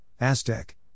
Aztec